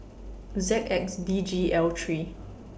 Z X D G L three